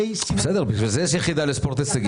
לכן יש יחידה לספורט הישגי.